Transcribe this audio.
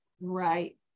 Right